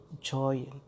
joy